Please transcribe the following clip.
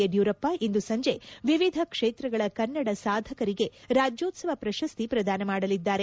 ಯಡಿಯೂರಪ್ವ ಇಂದು ಸಂಜೆ ವಿವಿಧ ಕ್ಷೇತ್ರಗಳ ಕನ್ನಡ ಸಾಧಕರಿಗೆ ರಾಜ್ಯೋತ್ಸವ ಪ್ರಶಸ್ತಿ ಪ್ರದಾನ ಮಾಡಲಿದ್ದಾರೆ